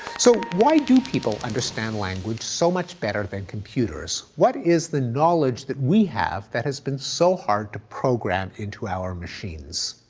so why do people understand language so much better than computers? what is the knowledge that we have that has been so hard to program into our machines?